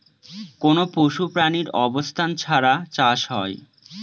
কোনো পশু প্রাণীর অবস্থান ছাড়া চাষ হয়